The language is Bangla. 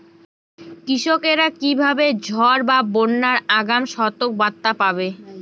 কৃষকেরা কীভাবে ঝড় বা বন্যার আগাম সতর্ক বার্তা পাবে?